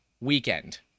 weekend